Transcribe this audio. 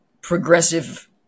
progressive